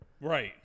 Right